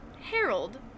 Harold